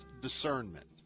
discernment